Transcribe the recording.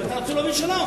אם אתה רוצה להוביל שלום.